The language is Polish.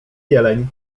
jeleń